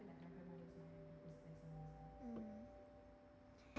mm